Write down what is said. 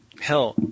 Hell